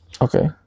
Okay